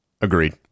Agreed